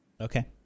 Okay